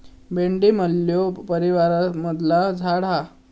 भेंडी मल्लू परीवारमधला झाड हा